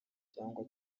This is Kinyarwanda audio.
cyangwa